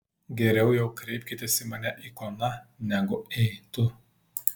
geriau jau kreipkitės į mane ikona negu ei tu